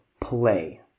play